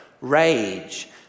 rage